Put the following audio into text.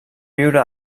viure